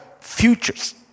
futures